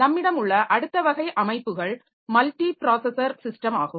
நம்மிடம் உள்ள அடுத்த வகை அமைப்புகள் மல்டிப்ராஸஸர் சிஸ்டம் ஆகும்